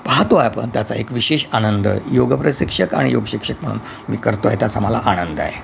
पहातोय आपण त्याचा एक विशेष आनंद योग प्रशिक्षक आणि योगशिक्षक म्हणून मी करतो आहे त्याचा मला आनंद आहे